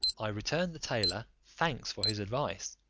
i returned the tailor thanks for his advice,